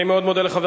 אני מאוד מודה לך.